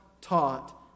taught